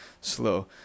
slow